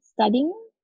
studying